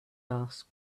asked